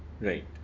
Right